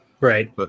Right